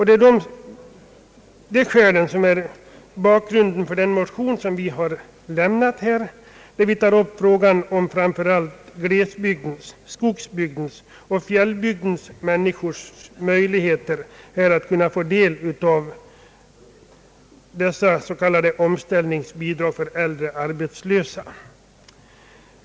Det är dessa skäl som är bakgrunden till den motion som vi har lämnat. I denna tar vi framför allt upp frågan om glesbygdens — skogsbygdens och fjällbygdens — människor och deras möjligheter att få del av s.k. omställningsbidrag för äldre arbetslösa.